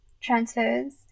transfers